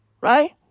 Right